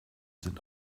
sind